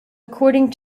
according